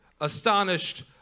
astonished